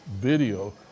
video